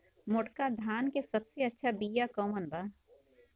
मोटका धान के सबसे अच्छा बिया कवन बा?